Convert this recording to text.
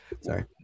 sorry